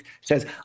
says